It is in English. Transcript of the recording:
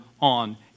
on